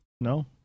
no